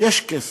יש כסף,